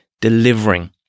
delivering